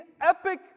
epic